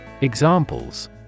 Examples